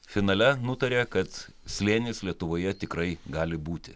finale nutarė kad slėnis lietuvoje tikrai gali būti